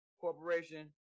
Corporation